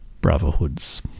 brotherhoods